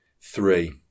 three